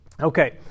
Okay